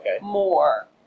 more